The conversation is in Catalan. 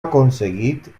aconseguit